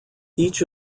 each